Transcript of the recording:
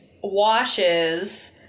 washes